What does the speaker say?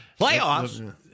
Playoffs